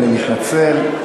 אני מתנצל.